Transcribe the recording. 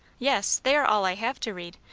yes. they are all i have to read.